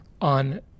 on